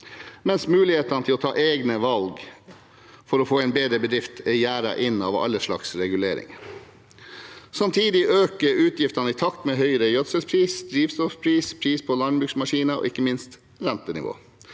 mens mulighetene til å ta egne valg for å få en bedre bedrift er gjerdet inn av alle slags reguleringer. Samtidig øker utgiftene i takt med høyere gjødselpris, drivstoffpris, pris på landbruksmaskiner og ikke minst rentenivået.